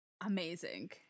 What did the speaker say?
amazing